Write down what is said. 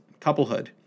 couplehood